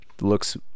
looks